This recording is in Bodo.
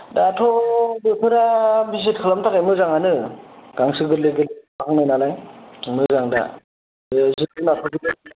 दाथ' बोथोरा भिजिट खालामनो थाखाय मोजाङानो गांसो गोरलै गोरलै जाहांबाय नालाय मोजां दा बे